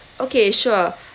okay sure